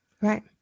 Right